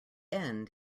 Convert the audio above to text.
end